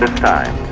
time.